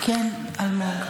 כן, אלמוג?